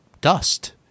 dust